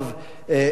שמתקרא רב,